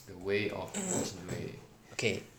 okay